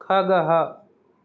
खगः